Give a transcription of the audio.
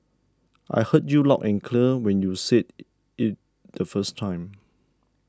I heard you loud and clear when you said it the first time